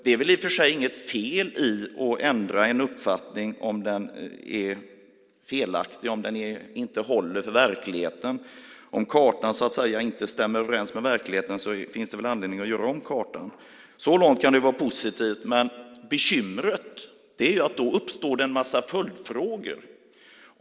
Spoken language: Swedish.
Det är i och för sig inget fel att ändra en uppfattning om den är felaktig, inte håller för verkligheten. Om kartan så att säga inte stämmer med verkligheten finns det väl anledning att göra om kartan. Så långt kan det vara positivt. Men bekymret är att det då uppstår en massa följdfrågor.